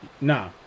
nah